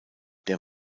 der